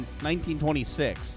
1926